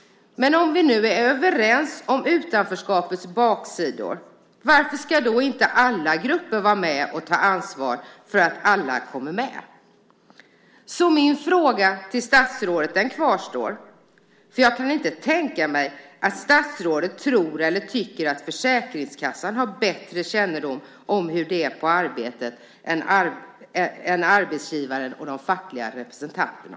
Men om vi nu är överens om utanförskapets baksidor, varför ska då inte alla grupper vara med och ta ansvar för att alla kommer med? Min fråga till statsrådet kvarstår, för jag kan inte tänka mig att statsrådet tror eller tycker att Försäkringskassan har bättre kännedom om hur det är på arbetet än arbetsgivaren och de fackliga representanterna.